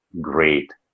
great